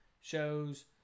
shows